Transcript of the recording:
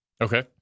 Okay